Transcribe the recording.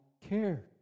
care